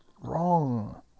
Wrong